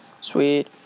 Sweet